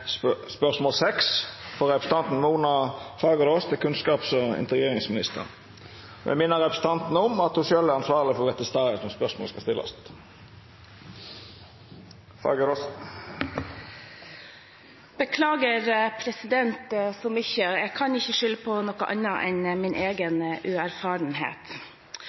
spørsmål 6, frå representanten Mona Fagerås til kunnskaps- og integreringsministeren. Og eg minner representanten om at ho sjølv er ansvarleg for å vera til stades når spørsmålet skal stillast. Beklager så mye. Jeg kan ikke skylde på noe annet enn min egen uerfarenhet.